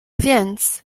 więc